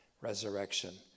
resurrection